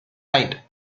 night